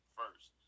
first